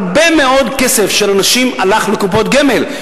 הרבה מאוד כסף של אנשים הלך לקופות גמל.